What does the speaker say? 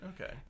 Okay